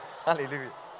Hallelujah